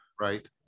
Right